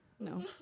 No